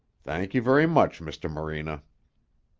thank you very much, mr. morena.